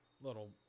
little